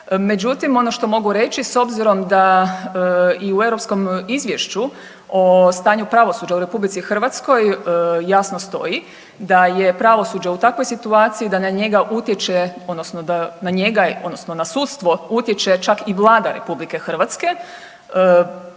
Međutim, ono što mogu reći s obzirom da i u europskom izvješću o stanju pravosuđa u RH jasno stoji da je pravosuđe u takvoj situaciji da na njega utječe odnosno da na njega odnosno na sudstvo utječe